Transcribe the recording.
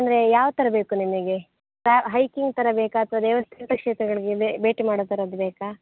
ಅಂದರೆ ಯಾವ ಥರ ಬೇಕು ನಿಮಗೆ ತಾ ಹೈಕಿಂಗ್ ಥರ ಬೇಕಾ ಅಥವಾ ದೇವಸ್ ತೀರ್ಥಕ್ಷೇತ್ರಗಳಿಗೆ ಭೇಟಿ ಮಾಡೋ ಥರದ್ದು ಬೇಕಾ